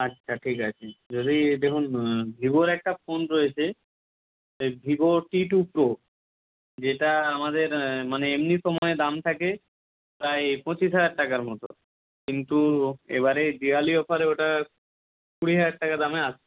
আচ্ছা ঠিক আছে যদি দেখুন ভিভোর একটা ফোন রয়েছে এই ভিভো টি টু প্রো যেটা আমাদের মানে এমনি সময়ে দাম থাকে প্রায় পঁচিশ হাজার টাকার মতো কিন্তু এবারে দিওয়ালি অফারে ওটা কুড়ি হাজার টাকা দামে আসছে